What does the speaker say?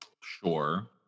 sure